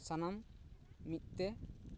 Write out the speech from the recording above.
ᱥᱟᱱᱟᱢ ᱢᱤᱫᱛᱮ